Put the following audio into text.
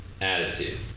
attitude